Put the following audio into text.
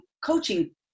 coaching